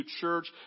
church